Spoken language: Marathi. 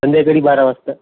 संध्याकाळी बारा वाजता